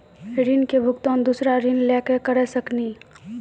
ऋण के भुगतान दूसरा ऋण लेके करऽ सकनी?